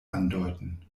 andeuten